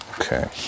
Okay